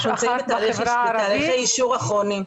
אנחנו נמצאים בתהליכי אישור אחרונים.